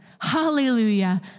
Hallelujah